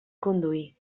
conduir